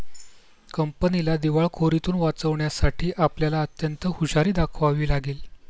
कंपनीला दिवाळखोरीतुन वाचवण्यासाठी आपल्याला अत्यंत हुशारी दाखवावी लागेल